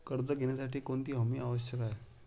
कर्ज घेण्यासाठी कोणती हमी आवश्यक आहे?